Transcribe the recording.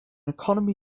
economy